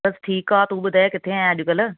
बसि ठीकु आहे तूं ॿुधाए किथे आहीं अॼुकल्ह